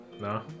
No